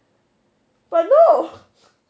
but no